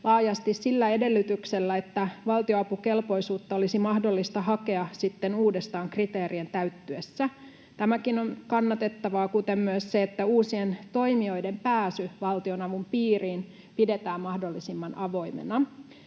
laajasti sillä edellytyksellä, että valtionapukelpoisuutta olisi mahdollista hakea uudestaan kriteerien täyttyessä. Tämäkin on kannatettavaa, kuten myös se, että uusien toimijoiden pääsy valtionavun piiriin pidetään mahdollisimman avoimena.